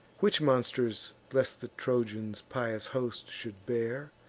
which monsters lest the trojans' pious host should bear,